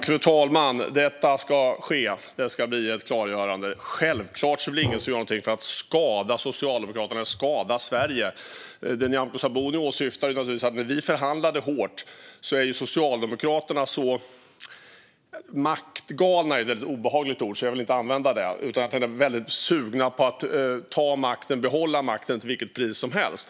Fru talman! Ett klargörande ska det bli. Givetvis är det ingen som gör något för att skada Socialdemokraterna eller Sverige. Det Nyamko Sabuni åsyftade var naturligtvis att när vi förhandlade hårt var Socialdemokraterna så sugna på att ta och behålla makten till vilket pris som helst.